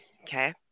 Okay